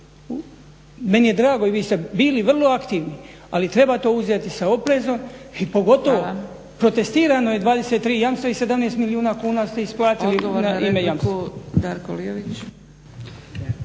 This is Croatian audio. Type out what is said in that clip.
meni je drago i vi ste bili vrlo aktivni, ali treba to uzeti sa oprezom i pogotovo protestirano je 23 jamstva i 17 milijuna kuna ste isplatili na ime jamstva.